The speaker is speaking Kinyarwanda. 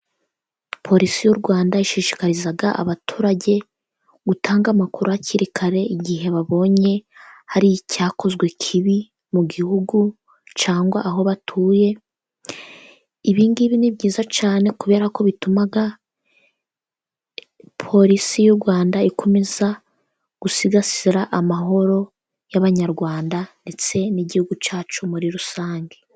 Polisi y'urwanda ishishikariza abaturage gutanga amakuru hakiri kare igihe babonye hari icyakozwe kibi mu gihugu cyangwa aho batuye, ibingibi ni byiza cyane kubera ko bituma polisi y'urwanda ikomeza gusigasira amahoro y'abanyarwanda ndetse n'igihugu cyacu muri rusange.